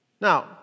Now